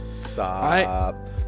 Stop